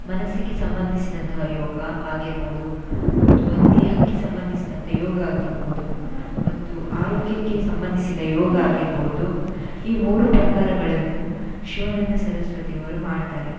ಮನಸ್ಸಿಗೆ ಸಂಬಂಧಿಸಿದಂತಹ ಯೋಗ ಆಗಿರ್ಬೋದು ಅಥವಾ ದೇಹಕ್ಕೆ ಸಂಬಂಧಿಸಿದಂಥ ಯೋಗ ಆಗಿರ್ಬೋದು ಮತ್ತು ಆರೋಗ್ಯಕ್ಕೆ ಸಂಬಂಧಿಸಿದ ಯೋಗ ಆಗಿರ್ಬೋದು ಈ ಮೂರೂ ಪ್ರಕಾರಗಳನ್ನು ಶಿವಾನಂದ ಸರಸ್ವತಿಯವರು ಮಾಡ್ತಾರೆ